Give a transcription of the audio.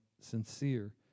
sincere